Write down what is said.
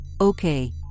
Okay